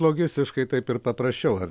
logistiškai taip ir paprasčiau ar